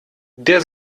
der